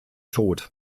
tod